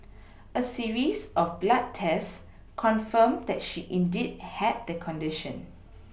a series of blood tests confirmed that she indeed had the condition